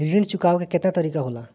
ऋण चुकाने के केतना तरीका होला?